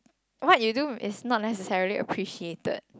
what you do is not necessarily appreciated